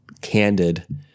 candid